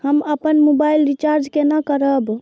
हम अपन mobile recharge केना करब?